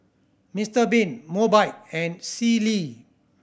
Mister Bean Mobike and Sealy